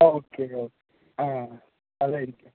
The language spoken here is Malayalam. ഓക്കേ ഓക്കേ അതായിരിക്കും